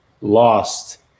lost